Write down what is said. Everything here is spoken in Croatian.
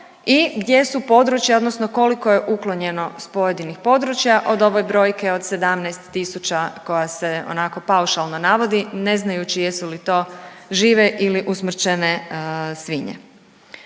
i gdje su područja, odnosno koliko je uklonjeno s pojedinih područja, od ove brojke od 17000 koja se onako paušalno navodi ne znajući jesu li to žive ili usmrćene svinje.